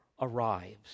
arrives